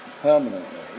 permanently